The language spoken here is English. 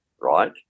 right